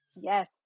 yes